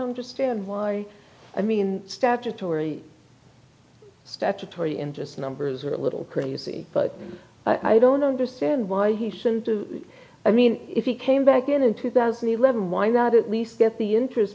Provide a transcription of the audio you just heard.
understand why i mean statutory statutory interest numbers are a little crazy but i don't understand why he shouldn't i mean if he came back in two thousand and eleven why not at least get the interest